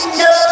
no